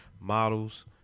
models